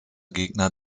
gegner